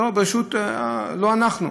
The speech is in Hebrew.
לא אנחנו.